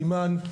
אימאן,